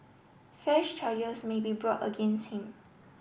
fresh charges may be brought against him